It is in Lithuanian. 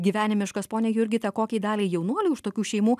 gyvenimiškas ponia jurgita kokiai daliai jaunuolių iš tokių šeimų